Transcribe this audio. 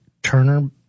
Turner